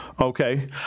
Okay